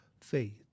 faith